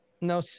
No